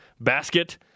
Basket